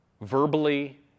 Verbally